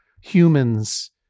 humans